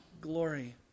glory